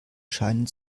scheinen